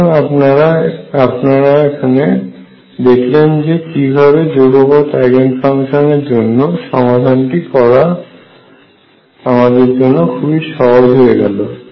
সুতরাং আপনার এখানে দেখলেন যে কিভাবে যুগপৎ আইগেন ফাংশন এর জন্য সমাধানটি করা আমাদের জন্য খুবই সহজ হয়ে গেল